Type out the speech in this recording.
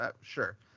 sure